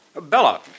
Bella